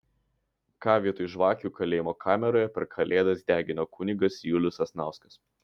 ką vietoj žvakių kalėjimo kameroje per kalėdas degino kunigas julius sasnauskas